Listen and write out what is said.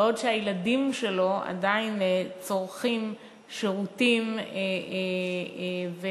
בעוד שהילדים שלו עדיין צורכים שירותים וזקוקים